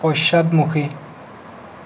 পশ্চাদমুখী